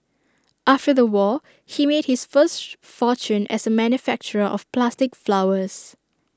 after the war he made his first fortune as A manufacturer of plastic flowers